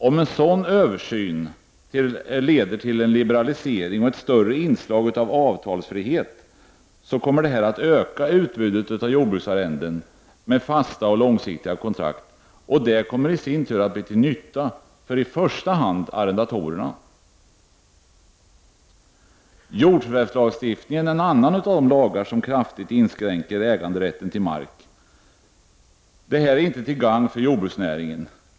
Om en sådan översyn leder till en liberalisering och ett större inslag av avtalsfrihet kommer detta att öka utbudet av jordbruksarrenden med fasta och långsiktiga konktrakt, och det kommer i sin tur att bli till nytta för i första hand arrendatorerna. Jordförvärvslagstiftningen är en annan av de lagar som kraftigt inskränker äganderätten till mark. Detta är inte till gagn för jordbruksnäringen.